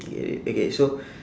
K okay so